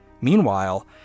Meanwhile